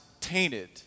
tainted